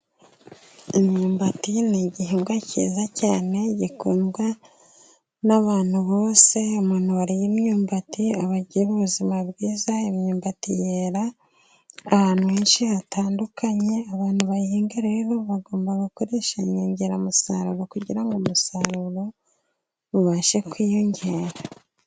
Imyumbati ni igihingwa cyiza cyane gikundwa n'abantu bose. Umuntu wariye imyumbati agira ubuzima bwiza. Imyumbati yera ahantu henshi hatandukanye. Abantu bayihinga rero bagomba gukoresha inyongeramusaruro, kugira ngo umusaruro ubashe kwiyongera.